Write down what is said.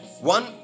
one